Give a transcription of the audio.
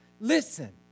Listen